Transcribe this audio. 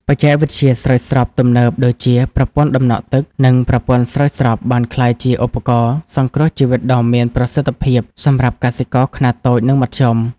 បច្ចេកវិទ្យាស្រោចស្រពទំនើបដូចជា ប្រព័ន្ធដំណក់ទឹក និងប្រព័ន្ធស្រោចស្រព បានក្លាយជាឧបករណ៍សង្គ្រោះជីវិតដ៏មានប្រសិទ្ធភាពសម្រាប់កសិករខ្នាតតូច និងមធ្យម។